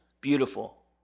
beautiful